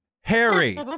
Harry